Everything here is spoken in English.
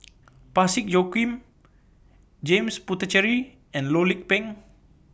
Parsick Joaquim James Puthucheary and Loh Lik Peng